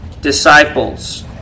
disciples